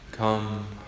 Come